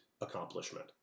accomplishment